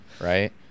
right